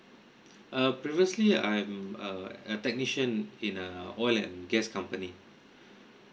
err previously I'm a uh technician in a oil and gas company